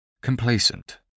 Complacent